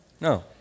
No